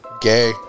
Gay